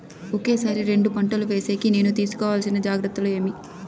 ఒకే సారి రెండు పంటలు వేసేకి నేను తీసుకోవాల్సిన జాగ్రత్తలు ఏమి?